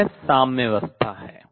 वह यह साम्यावस्था है